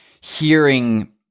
hearing